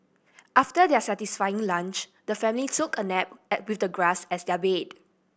after their satisfying lunch the family took a nap and with the grass as their bed